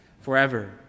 forever